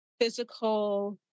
physical